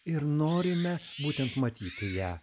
ir norime būtent matyti ją